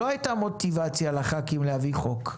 לא הייתה מוטיבציה לח"כים להביא חוק,